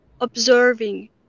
observing